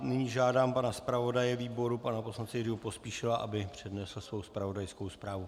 Nyní žádám pana zpravodaje výboru pana poslance Jiřího Pospíšila, aby přednesl svou zpravodajskou zprávu.